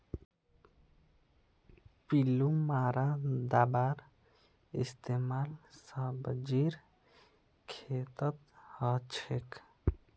पिल्लू मारा दाबार इस्तेमाल सब्जीर खेतत हछेक